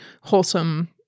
wholesome